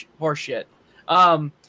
horseshit